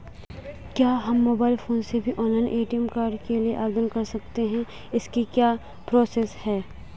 क्या हम mobile phone से भी ऑनलाइन ए.टी.एम कार्ड के लिए आवेदन कर सकते हैं इसकी क्या प्रोसेस है?